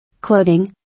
Clothing